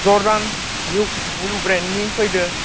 Jordan निउ ब्रेन्दनि फैदों